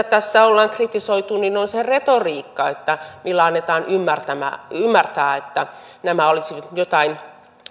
tässä ollaan kritisoitu on se retoriikka millä annetaan ymmärtää että nämä olisivat jotain